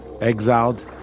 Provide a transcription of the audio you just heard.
exiled